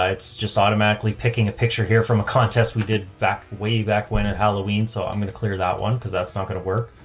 it's just automatically picking a picture here from a contest we did back way back when and halloween. so i'm going to clear that one cause that's not going to work.